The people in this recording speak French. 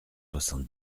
soixante